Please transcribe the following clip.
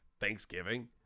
thanksgiving